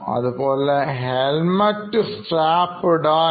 അതുപോലെ helmet strap ഇടാൻ